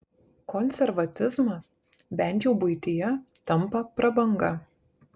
konservatizmas bent jau buityje tampa prabanga